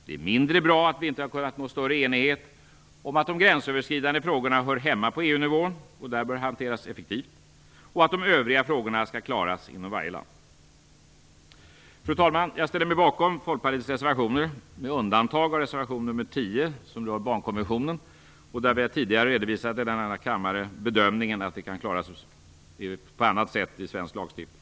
Det är mindre bra att vi inte har kunnat nå större enighet om att de gränsöverskridande frågorna hör hemma på EU-nivå, där de bör hanteras effektivt, och att de övriga frågorna skall klaras inom varje land. Fru talman! Jag ställer mig bakom Folkpartiets reservationer med undantag av reservation nr 10 som rör barnkonventionen, där vi tidigare i denna kammare har redovisat bedömningen att det kan klaras på annat sätt i svensk lagstiftning.